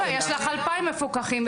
יש לך 2,000 מפוקחים.